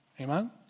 Amen